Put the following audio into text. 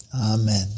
Amen